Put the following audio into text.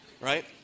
right